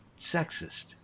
sexist